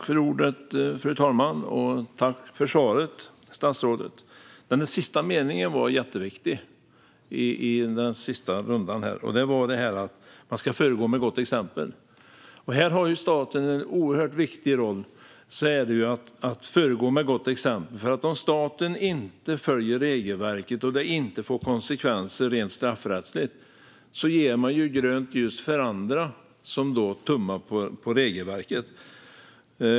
Fru talman! Jag tackar statsrådet för svaret. Den sista meningen var jätteviktig, nämligen att man ska föregå med gott exempel. Staten har en oerhört viktig roll, nämligen att föregå med gott exempel. Om staten inte följer regelverket, och det inte får konsekvenser rent straffrättsligt, ger man grönt ljus för andra som tummar på regelverket.